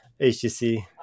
HTC